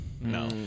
No